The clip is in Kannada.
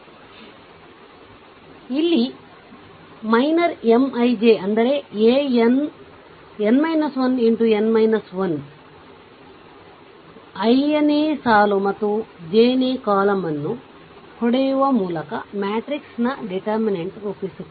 ಆದ್ದರಿಂದ ಅಲ್ಲಿ ಮೈನರ್ M ij ಅಂದರೆ ann 1 X n 1 iನೇ ಸಾಲು ಮತ್ತು j ನೇ ಕಾಲಮ್ ಅನ್ನು ಹೊಡೆಯುವ ಮೂಲಕ ಮ್ಯಾಟ್ರಿಕ್ಸ್ ನ ಡಿಟರ್ಮಿನೆಂಟ್ ರೂಪ ಸಿಗುತ್ತದೆ